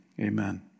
Amen